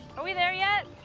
are we there yet?